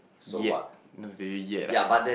yet that's the thing yet ah